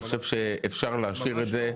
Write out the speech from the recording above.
אני חושב שאפשר להשאיר את זה.